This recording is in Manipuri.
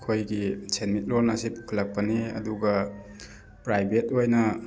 ꯑꯩꯈꯣꯏꯒꯤ ꯁꯦꯟꯃꯤꯠꯂꯣꯟ ꯑꯁꯤ ꯄꯨꯈꯠꯂꯛꯄꯅꯤ ꯑꯗꯨꯒ ꯄ꯭ꯔꯥꯏꯚꯦꯠ ꯑꯣꯏꯅ